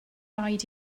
rhaid